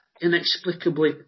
inexplicably